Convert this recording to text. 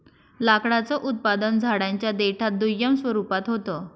लाकडाचं उत्पादन झाडांच्या देठात दुय्यम स्वरूपात होत